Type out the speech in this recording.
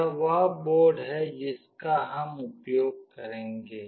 यह वह बोर्ड है जिसका हम उपयोग करेंगे